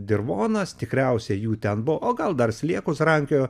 dirvonas tikriausiai jų ten buvo o gal dar sliekus rankiojo